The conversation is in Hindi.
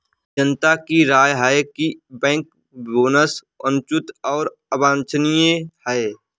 जनता की राय है कि बैंक बोनस अनुचित और अवांछनीय है